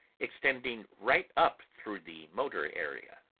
extending right up through the motor area.